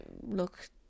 look